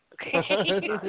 Okay